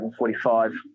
145